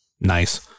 Nice